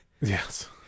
Yes